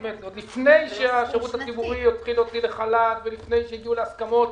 עוד לפני שהשירות הציבורי התחיל להוציא לחל"ת ולפני שהגיעו להסכמות,